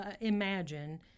imagine